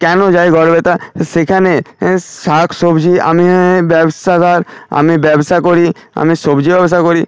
কেন যাই গরবেতা সেখানে শাক সবজি আমি ব্যবসাদার আমি ব্যবসা করি আমি সবজি ব্যবসা করি